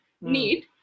need